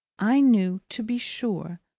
i knew, to be sure,